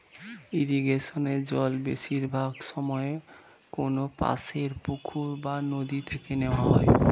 ইরিগেশনে জল বেশিরভাগ সময়ে কোনপাশের পুকুর বা নদি থেকে নেওয়া হয়